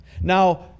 Now